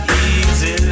easy